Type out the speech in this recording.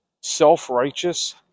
self-righteous